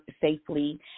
safely